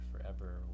forever